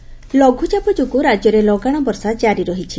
ବର୍ଷା ଲଘୁଚାପ ଯୋଗୁଁ ରାକ୍ୟରେ ଲଗାଶ ବର୍ଷା ଜାରି ରହିଛି